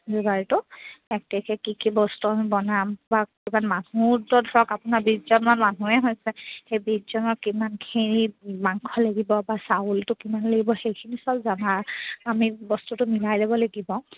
যোগাৰটো এক তাৰিখে কি কি বস্তু আমি বনাম বা কিমান মানুহ ধৰক আপোনাৰ বিছজনমান মানুহে হৈছে সেই বিছজনক কিমানখিনি মাংস লাগিব বা চাউলটো কিমান লাগিব সেইখিনি চাউল জমা আমি বস্তুটো মিলাই ল'ব লাগিব